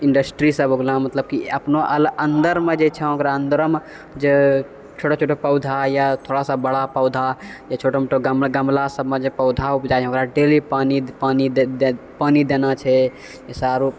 कोई इंडस्ट्री सब हो गेलऽ मतलब की अपनो अन्दरमे जे छै ओकरा अन्दरोमे जे छोटा छोटा पौधा या थोड़ा सा बड़ा पौधा या छोटा मोटा गमला गमला सबमे जे पौधा उपजाबै हँ ओकरा डेली पानि देना छै जैसे आरो